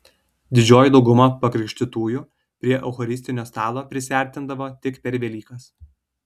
didžioji dauguma pakrikštytųjų prie eucharistinio stalo prisiartindavo tik per velykas